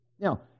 Now